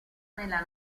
nella